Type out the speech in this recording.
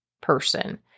person